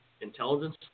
intelligence